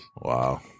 wow